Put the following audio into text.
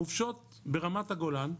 חופשות ברמת הגולן,